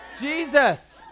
Jesus